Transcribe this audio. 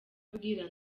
abwira